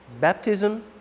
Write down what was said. Baptism